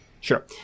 Sure